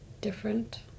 different